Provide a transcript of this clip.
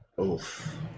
oof